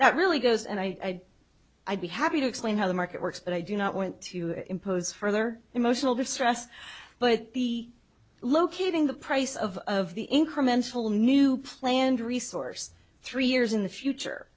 that really goes and i i'd be happy to explain how the market works but i do not want to impose further emotional distress but the locating the price of of the incremental new planned resource three years in the